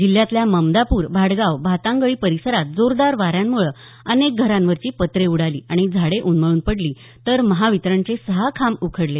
जिल्ह्यातल्या ममदापूर भाडगाव भातांगळी परिसरात जोरदार वाऱ्यामुळं अनेक घरांवरची पत्रे उडाली आणि झाडे उन्मळून पडली तर महावितरणचे सहा खांब उखडले